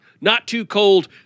not-too-cold